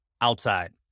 outside